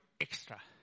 extra